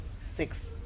six